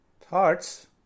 thoughts